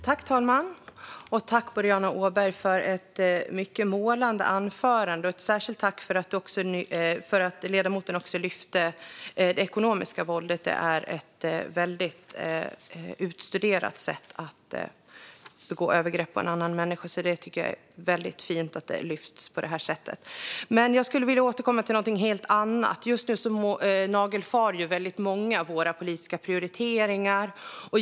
Herr talman! Tack, Boriana Åberg, för ett mycket målande anförande, och ett särskilt tack för att ledamoten också lyfte fram det ekonomiska våldet! Det är ett väldigt utstuderat sätt att begå övergrepp på en annan människa. Det är väldigt fint att det lyfts fram på det här sättet. Jag skulle vilja återkomma till någonting helt annat. Just nu nagelfar väldigt många våra politiska prioriteringar.